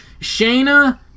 Shayna